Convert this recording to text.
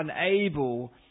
unable